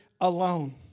alone